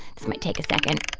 this might take a second.